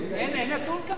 אין נתון כזה.